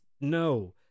no